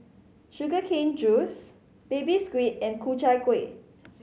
sugar cane juice Baby Squid and Ku Chai Kueh